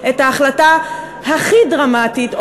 את המחזה "אנרגיות טובות",